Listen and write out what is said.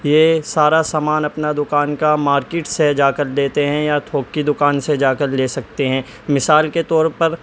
یہ سارا سامان اپنا دکان کا مارکیٹ سے جا کر لیتے ہیں یا تھوک کی دکان سے جا کر لے سکتے ہیں مثال کے طور پر